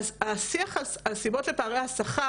השיח על סיבות לפערי השכר,